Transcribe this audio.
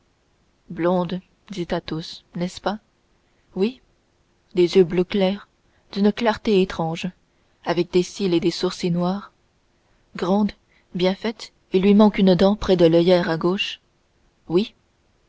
dit athos n'est-ce pas oui des yeux clairs d'une clarté étrange avec des cils et sourcils noirs oui grande bien faite il lui manque une dent près de l'oeillère gauche oui